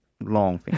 long